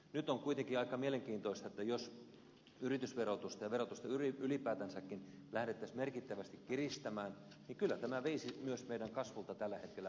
nyt on kuitenkin aika mielenkiintoista että jos yritysverotusta ja verotusta ylipäätänsäkin lähdettäisiin merkittävästi kiristämään niin kyllä tämä veisi myös meidän kasvultamme tällä hetkellä pohjaa pois